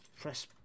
press